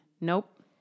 nope